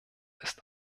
ist